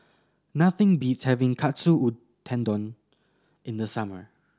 nothing beats having Katsu Tendon in the summer